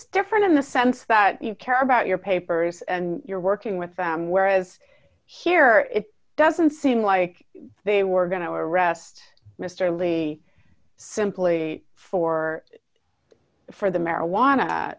was different in the sense that you care about your papers and you're working with them whereas here it doesn't seem like they were going to arrest mr lee simply for for the marijuana